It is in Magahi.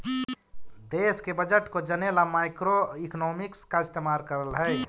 देश के बजट को जने ला मैक्रोइकॉनॉमिक्स का इस्तेमाल करल हई